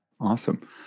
awesome